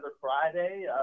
friday